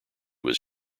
was